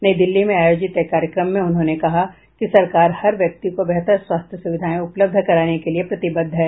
नई दिल्ली में आयोजित एक कार्यक्रम में उन्होंने कहा कि सरकार हर व्यक्ति को बेहतर स्वास्थ्य सुविधाएं उपलब्ध कराने के लिए प्रतिबद्ध है